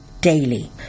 daily